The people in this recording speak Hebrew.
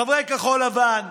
חברי כחול לבן,